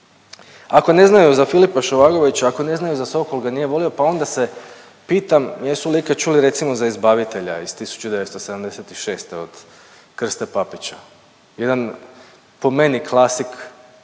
Ako ne znaju za Filipa Šovagovića, ako ne znaju za Sokol ga nije volio pa onda se pitam jesu li ikad čuli recimo za Izbavitelja iz 1976. od Krste Papića. Jedan po meni klasik